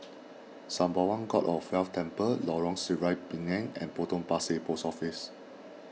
Sembawang God of Wealth Temple Lorong Sireh Pinang and Potong Pasir Post Office